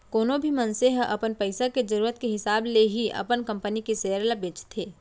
कोनो भी मनसे ह अपन पइसा के जरूरत के हिसाब ले ही अपन कंपनी के सेयर ल बेचथे